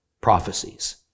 prophecies